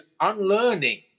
unlearning